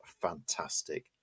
fantastic